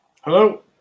Hello